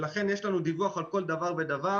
ולכן יש שלנו דיווח על כל דבר ודבר.